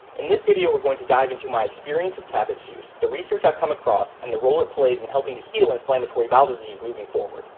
in this video we're going to dive into my experience with cabbage juice, the research i've come across, and the role it plays in helping to heal inflammatory bowel disease moving forward.